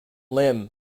limb